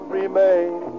remain